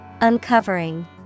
Uncovering